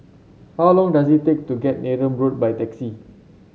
how long does it take to get Neram Road by taxi